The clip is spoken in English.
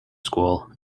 school